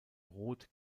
rot